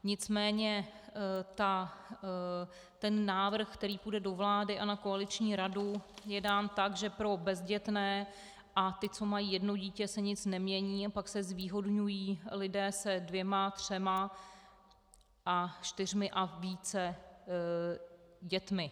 Nicméně ten návrh, který půjde do vlády a na koaliční radu, je dán tak, že pro bezdětné a ty, co mají jedno dítě, se nic nemění a pak se zvýhodňují lidé se dvěma, třemi, čtyřmi a více dětmi.